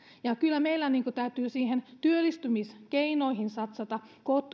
kyllä meidän täytyy niihin työllistymiskeinoihin satsata